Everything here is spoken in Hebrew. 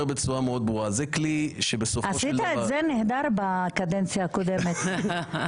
עשית את זה נהדר בקדנציה הקודמת.